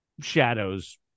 shadows